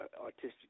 artistic